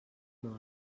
mort